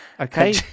okay